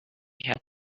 had